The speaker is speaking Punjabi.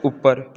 ਉੱਪਰ